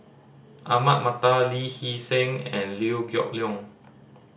Ahmad Mattar Lee Hee Seng and Liew Geok Leong